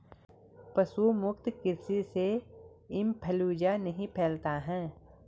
पशु मुक्त कृषि से इंफ्लूएंजा नहीं फैलता है